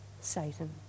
Satan